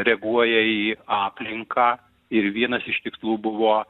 reaguoja į aplinką ir vienas iš tikslų buvo